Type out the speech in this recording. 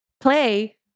play